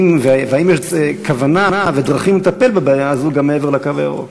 האם יש כוונה ודרכים לטפל בבעיה הזאת גם מעבר לקו הירוק?